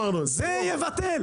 זה יבטל?